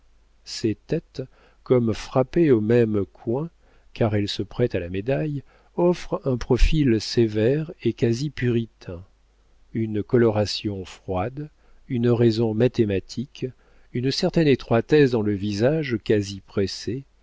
ces têtes comme frappées au même coin car elles se prêtent à la médaille offrent un profil sévère et quasi puritain une coloration froide une raison mathématique une certaine étroitesse dans le visage quasi